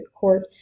Court